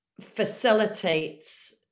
facilitates